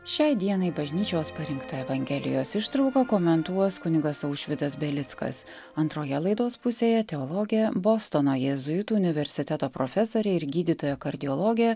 šiai dienai bažnyčios parinkta evangelijos ištrauką komentuoja kunigas aušvydas belickas antroje laidos pusėje teologė bostono jėzuitų universiteto profesorė ir gydytoja kardiologė